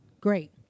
great